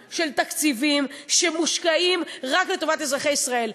תקציבים של מיליארדים שמושקעים רק לטובת אזרחי ישראל.